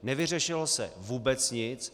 Nevyřešilo se vůbec nic.